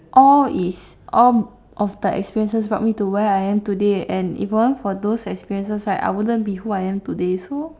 all is all of the experiences brought me to where I am today and if it weren't for those experiences right I wouldn't be who I am today so